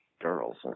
girls